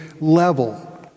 level